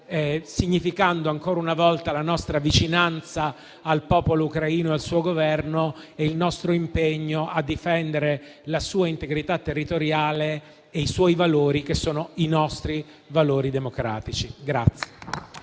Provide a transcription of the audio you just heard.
significando ancora una volta la nostra vicinanza al popolo ucraino, con il suo Governo, e il nostro impegno a difendere la sua integrità territoriale e i suoi valori, che sono i nostri valori democratici.